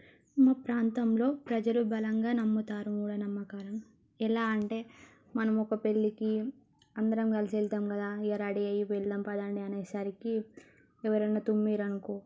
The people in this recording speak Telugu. మా ప్రాంతంలో ప్రజలు బలంగా నమ్ముతారు మూఢ నమ్మకాలను ఎలా అంటే మనము ఒక పెళ్ళికి అందరం కలిసి వెళ్తాం కదా ఇగ రెడీ అయ్యే వెళ్దాం పదండి అనేసరికి ఎవరైనా తుమ్మిర్ అనుకో